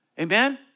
Amen